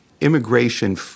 immigration